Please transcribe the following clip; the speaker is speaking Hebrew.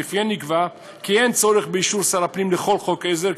שלפיהן נקבע כי אין צורך באישור שר הפנים לכל חוק עזר,